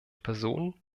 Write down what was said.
personen